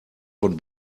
von